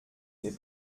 n’est